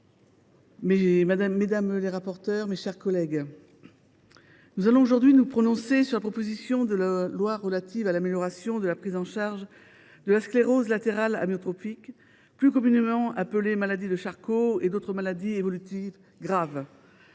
Philippe Mouiller, mes chers collègues, nous allons aujourd’hui nous prononcer sur la proposition de loi relative à l’amélioration de la prise en charge de la sclérose latérale amyotrophique, plus communément appelée maladie de Charcot, et d’autres maladies évolutives graves.